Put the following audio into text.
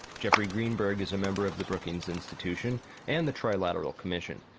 jeffrey greenberg is a member of the brookings institution and the trilateral commission.